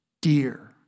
Dear